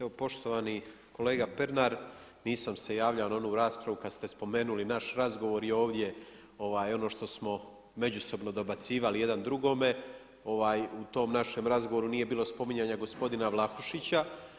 Evo poštovani kolega Pernar, nisam se javljao na onu raspravu kada ste spomenuli naš razgovor i ovdje ono što smo međusobno dobacivali jedno drugome, u tom našem razgovoru nije bilo spominjanja gospodina Vlahušića.